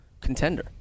contender